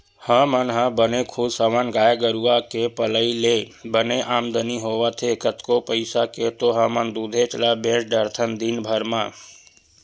हमन ह बने खुस हवन गाय गरुचा के पलई ले बने आमदानी होवत हे कतको पइसा के तो हमन दूदे ल बेंच डरथन दिनभर म